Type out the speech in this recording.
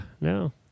No